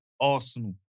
Arsenal